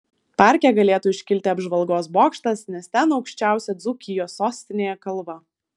parke galėtų iškilti apžvalgos bokštas nes ten aukščiausia dzūkijos sostinėje kalva